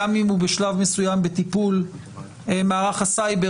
גם אם הוא בשלב מסוים בטיפול מערך הסייבר,